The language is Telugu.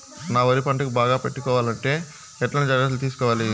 నా వరి పంటను బాగా పెట్టుకోవాలంటే ఎట్లాంటి జాగ్రత్త లు తీసుకోవాలి?